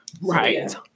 Right